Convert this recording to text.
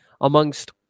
amongst